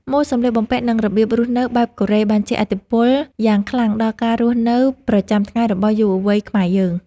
ម៉ូដសម្លៀកបំពាក់និងរបៀបរស់នៅបែបកូរ៉េបានជះឥទ្ធិពលយ៉ាងខ្លាំងដល់ការរស់នៅប្រចាំថ្ងៃរបស់យុវវ័យខ្មែរយើង។